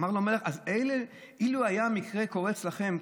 אמר לו המלך: אילו היה המקרה קורה אצלכם,